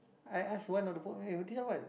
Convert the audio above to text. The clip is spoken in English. I ask one of the boy eh this one what